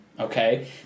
okay